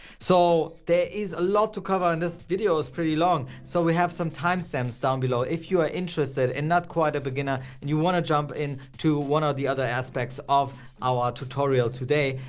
so there is a lot to cover. and this video is pretty long, so we have some timestamps down below. if you are interested and not quite a beginner and you want to jump in to one or the other aspects of our tutorial today,